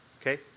Okay